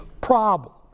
problem